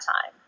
time